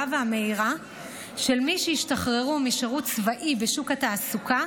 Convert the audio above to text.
והמהירה של מי שהשתחררו משירות צבאי בשוק התעסוקה,